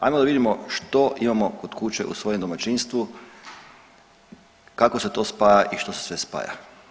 Ajmo da vidimo što imamo kod kuće u svojem domaćinstvu, kao se to spaja i što se sve spaja.